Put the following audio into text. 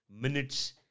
minutes